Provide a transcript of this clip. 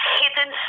hidden